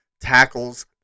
tackles